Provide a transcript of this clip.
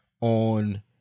on